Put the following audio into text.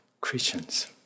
Christians